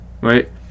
right